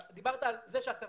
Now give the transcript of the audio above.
אני מסכים אתך שהצבא,